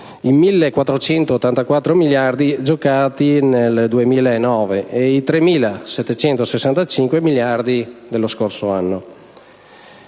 i 1,484 miliardi giocati nel 2009 e i 3,765 miliardi dello scorso anno.